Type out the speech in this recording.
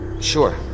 Sure